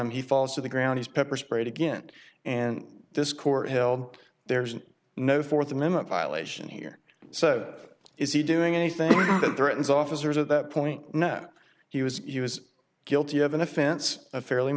him he falls to the ground he's pepper sprayed again and this court held there's no fourth amendment violation here so is he doing anything that threatens officers at that point no he was he was guilty of an offense a fairly